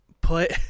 put